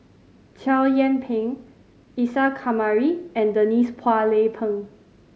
Chow Yian Ping Isa Kamari and Denise Phua Lay Peng